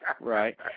right